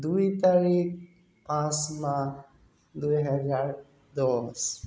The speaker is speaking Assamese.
দুই তাৰিখ পাঁচ মাহ দুহেজাৰ দহ